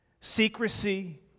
secrecy